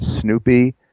Snoopy